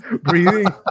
Breathing